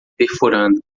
perfurando